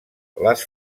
les